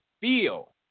feel